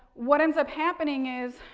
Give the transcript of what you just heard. what ends up happening is,